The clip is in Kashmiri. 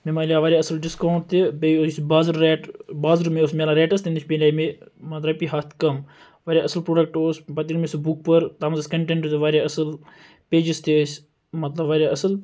مےٚ ملیو واریاہ اصل ڈِسکاوُنٹ تہِ بیٚیہِ یُس بازر ریٹ بازرٕ مےٚ اوس ملان ریٹَس تمہِ نِش ملے مےٚ مَطلَب رۄپیہِ ہتھ کم واریاہ اصل پروڈَکٹہٕ اوس ییٚلہِ مےٚ سُہ بُک کوٚر تتھ مَنٛز ٲسۍ کَنٹنٹ تہِ واریاہ اصل پیجس تہِ ٲسۍ مَطلَب واریاہ اصل